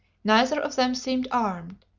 neither of them seemed armed.